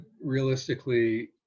realistically